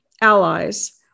allies